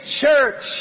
church